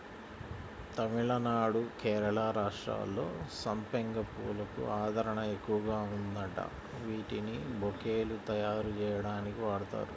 తమిళనాడు, కేరళ రాష్ట్రాల్లో సంపెంగ పూలకు ఆదరణ ఎక్కువగా ఉందంట, వీటిని బొకేలు తయ్యారుజెయ్యడానికి వాడతారు